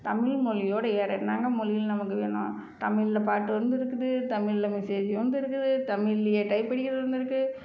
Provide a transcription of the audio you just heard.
தமிழ் மொழியோட வேற என்னாங்க மொழிகள் நமக்கு வேணும் தமிழில் பாட்டு வந்துருக்குது தமிழில் மெசேஜி வந்துருக்குது தமிழிலயே டைப் அடிக்கிறது வந்துருக்குது